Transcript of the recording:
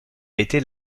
été